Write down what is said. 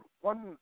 one